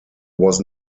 was